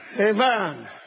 Amen